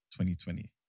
2020